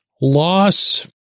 loss